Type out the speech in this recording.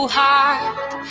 heart